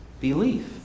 belief